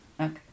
Okay